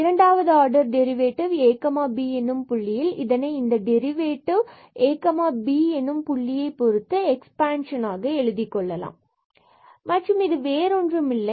இரண்டாவது order derivative ab எனும் புள்ளியில் இதனை இந்த டெரிவேட்டிவ் abஎனும் புள்ளியை பொருத்து எக்பான்ஷன் ஆக எழுதிக் கொள்ளலாம் மற்றும் இது வேறொன்றுமில்லை